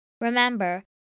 Remember